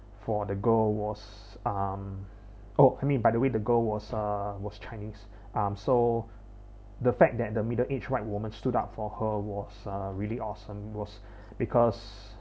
for the girl was um oh I mean by the way the girl was uh was chinese um so the fact that the middle aged white woman stood up for her was uh really awesome was because